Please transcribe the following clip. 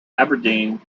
aberdeen